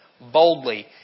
boldly